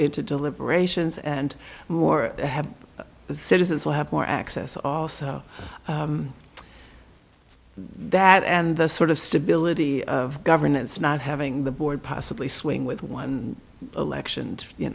into deliberations and more have citizens will have more access also that and the sort of stability of governance not having the board possibly swing with one election